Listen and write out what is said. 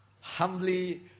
humbly